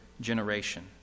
Generation